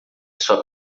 sua